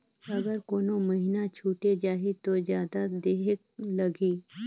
अगर कोनो महीना छुटे जाही तो जादा देहेक लगही?